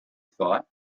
thought